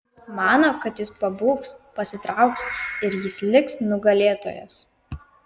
mano kad ji pabūgs pasitrauks ir jis liks nugalėtojas